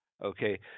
Okay